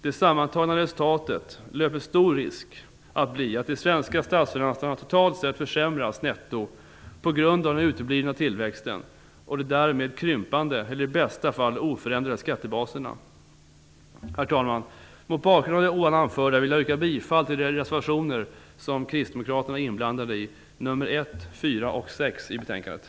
Det sammantagna resultatet löper stor risk att bli att de svenska statsfinanserna totalt sett försämras netto på grund av den uteblivna tillväxten och de därmed krympande eller i bästa fall oförändrade skattebaserna. Herr talman! Mot bakgrund av det anförda vill jag yrka bifall till reservationerna 1, 4 och 6 som kristdemokraterna är inblandade i.